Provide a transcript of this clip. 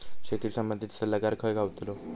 शेती संबंधित सल्लागार खय गावतलो?